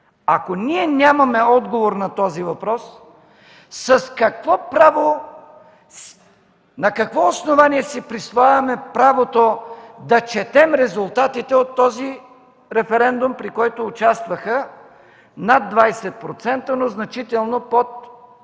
Ако ние нямаме отговор на този въпрос с какво право, на какво основание си присвояваме правото да четем резултатите от този референдум, при който участваха над 20%, но значително под